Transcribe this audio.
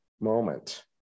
moment